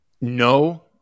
No